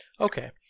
okay